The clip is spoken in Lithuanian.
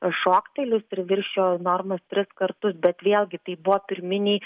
šoktelėjus ir viršijo normas tris kartus bet vėlgi tai buvo pirminiai